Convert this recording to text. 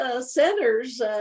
centers